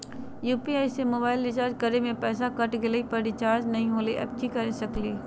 UPI से mobile recharge करे में पैसा कट गेलई, पर रिचार्ज नई होलई, अब की कर सकली हई?